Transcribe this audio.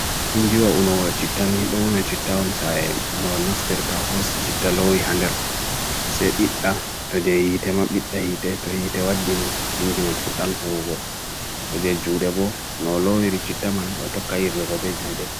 Indi wa unawwe citta ni, lo wuna citta onsa e maw nafter ta hos citta lawi hander se pitta tojie itema pitta hita tojie itewad dini indi man fuk dan houbo, tojie jude bo, na lawi ri citta man otokair lo bo be jude.